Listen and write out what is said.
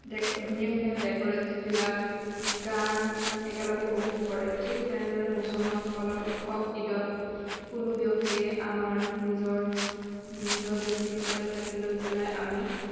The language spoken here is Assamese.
ধুনীয়া ধুনীয়া ডেকৰেটচবিলাক গান একেলগে উপভোগ কৰে ঠিক তেনেদৰে মুছলমানসকলৰ উৎসৱ ঈদত কোনো ব্যক্তিয়ে আমাৰ নিজৰ নিজৰ ব্যক্তি হিচাপে থাকি লৈ পেলাই আমি